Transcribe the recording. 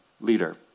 leader